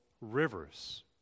rivers